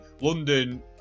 London